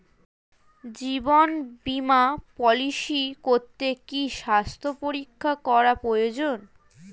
জীবন বীমা পলিসি করতে কি স্বাস্থ্য পরীক্ষা করা প্রয়োজন?